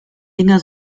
dinger